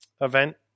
event